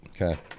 okay